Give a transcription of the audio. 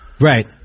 Right